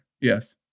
Yes